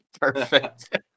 Perfect